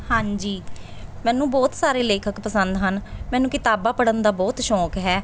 ਹਾਂਜੀ ਮੈਨੂੰ ਬਹੁਤ ਸਾਰੇ ਲੇਖਕ ਪਸੰਦ ਹਨ ਮੈਨੂੰ ਕਿਤਾਬਾਂ ਪੜ੍ਹਨ ਦਾ ਬਹੁਤ ਸ਼ੌਂਕ ਹੈ